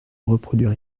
reproduire